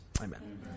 Amen